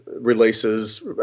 releases